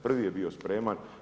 Prvi je bio spreman.